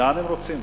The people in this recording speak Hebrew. לאן הם רוצים